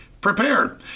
prepared